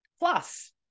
Plus